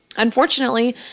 Unfortunately